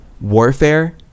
warfare